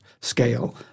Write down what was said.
scale